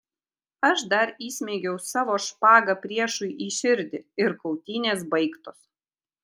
aš dar įsmeigiau savo špagą priešui į širdį ir kautynės baigtos